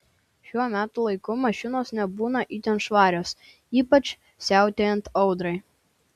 šiuo metų laiku mašinos nebūna itin švarios ypač siautėjant audrai